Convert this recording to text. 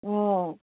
অঁ